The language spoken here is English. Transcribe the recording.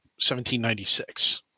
1796